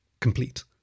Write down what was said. complete